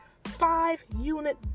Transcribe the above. five-unit